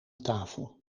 tafel